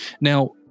Now